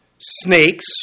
snakes